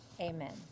amen